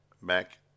Mac